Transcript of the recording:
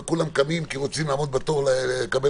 וכולם קמים כי הם רוצים לעמוד בתור לקבל